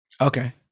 Okay